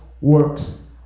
works